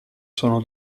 sono